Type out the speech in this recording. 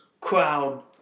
crowd